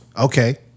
Okay